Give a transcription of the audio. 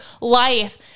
life